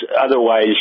otherwise